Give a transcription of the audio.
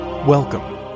Welcome